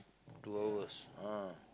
two hours ah